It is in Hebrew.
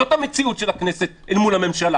זאת המציאות של הכנסת אל מול הממשלה.